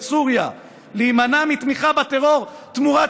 את סוריה להימנע מתמיכה בטרור תמורת